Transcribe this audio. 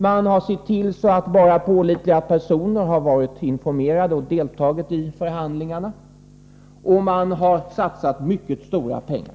Man har sett till att bara pålitliga personer har varit informerade och deltagit i förhandlingarna, och man har satsat mycket stora pengar.